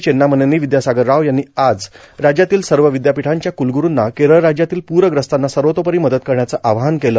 चेन्नामनेनी विद्यासागर राव यांनी आज राज्यातील सर्व विद्यापीठांच्या कूलग्ररूंना केरळ राज्यातील प्रग्रस्तांना सर्वतोपरी मदत करण्याचं आवाहन केलं